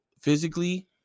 Physically